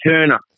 Turner